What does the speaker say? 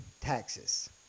taxes